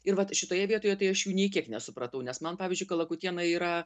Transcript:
ir vat šitoje vietoje tai aš jų nei kiek nesupratau nes man pavyzdžiui kalakutiena yra